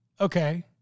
Okay